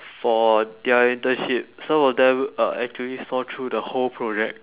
for their internship some of them uh actually saw through the whole project